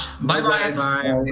Bye-bye